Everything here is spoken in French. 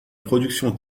productions